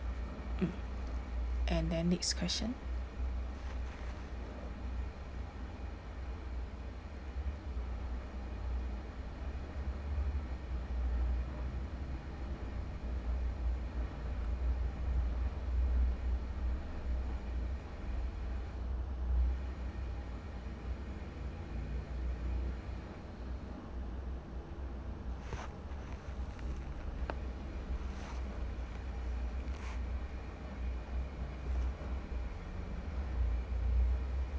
mm and then next question